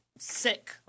Sick